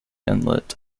inlet